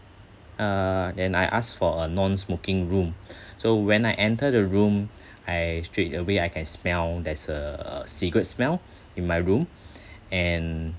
uh and I asked for a non smoking room so when I enter the room I straight away I can smell there's a cigarette smell in my room and